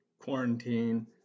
quarantine